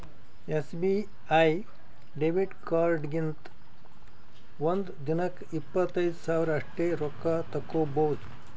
SBI debit ಕಾರ್ಡ್ಲಿಂತ ಒಂದ್ ದಿನಕ್ಕ ಇಪ್ಪತ್ತೈದು ಸಾವಿರ ಅಷ್ಟೇ ರೊಕ್ಕಾ ತಕ್ಕೊಭೌದು